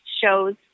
shows